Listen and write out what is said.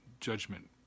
Judgment